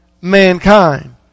mankind